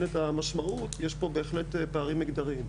את המשמעות יש פה בהחלט פערים מגדריים.